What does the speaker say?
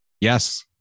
Yes